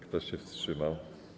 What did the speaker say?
Kto się wstrzymał?